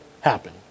happen